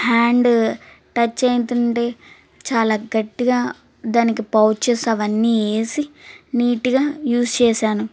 hand touch అయితుంటే చాలా గట్టిగా దానికి పౌచెస్ అవన్నీ వేసి నీట్గా యూజ్ చేశాను